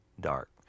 dark